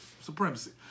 supremacy